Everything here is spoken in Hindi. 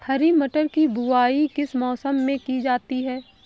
हरी मटर की बुवाई किस मौसम में की जाती है?